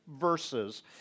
verses